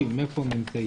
הצ'יינג'ים איפה הם נמצאים?